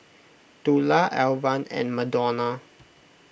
Tula Alvan and Madonna